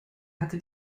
hatte